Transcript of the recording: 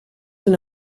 una